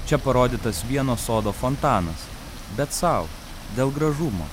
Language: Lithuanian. čia parodytas vieno sodo fontanas bet sau dėl gražumo